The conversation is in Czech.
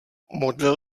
modlil